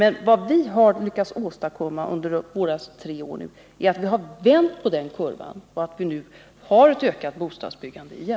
Men vad vi har lyckats åstadkomma under våra tre år är att vi har vänt på den kurvan och att vi åter har ett ökat bostadsbyggande.